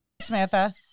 Samantha